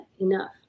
enough